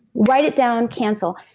write it down, cancel.